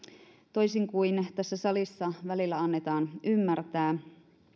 toisin kuin tässä salissa välillä annetaan ymmärtää